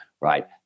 right